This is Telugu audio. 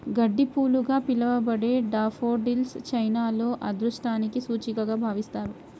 గడ్డిపూలుగా పిలవబడే డాఫోడిల్స్ చైనాలో అదృష్టానికి సూచికగా భావిస్తారు